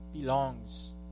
belongs